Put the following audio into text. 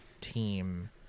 team